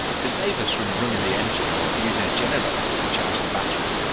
to save us from running the engine or using a generator to charge the batteries,